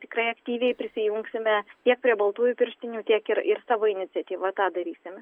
tikrai aktyviai prisijungsime tiek prie baltųjų pirštinių tiek ir ir savo iniciatyva tą darysime